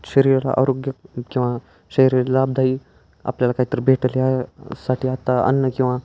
शरीराला आरोग्य किंवा शरीर लाभदायी आपल्याला काहीतरी भेटेल यासाठी आत्ता अन्न किंवा